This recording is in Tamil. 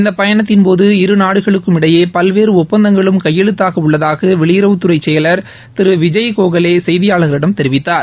இந்த பயணத்தின்போது இரு நாடுகளுக்கும் இடையே பல்வேறு ஒப்பந்தங்களும் கையெழுத்தாக உள்ளதாக வெளியுறவுத்துறை செயலர் திரு விஜய் கோக்லே செய்தியாளர்களிடம் தெரிவித்தார்